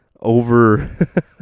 over